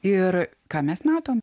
ir ką mes matom